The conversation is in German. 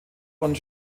und